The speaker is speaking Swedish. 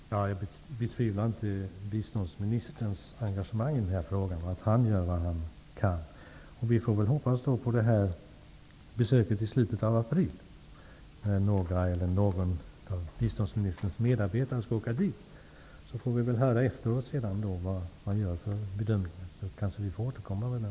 Fru talman! Jag betvivlar inte biståndsministerns engagemang i frågan och att han gör vad han kan. Vi får väl hoppas på besöket i slutet av april, då någon eller några av biståndsministerns medarbetare skall åka till Indien. Vi får sedan höra vilka bedömningar som görs. Sedan kan vi återkomma i frågan.